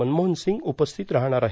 मनमोहन सिंग उपस्थित राहणार आहेत